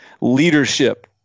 leadership